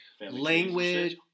language